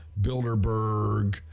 Bilderberg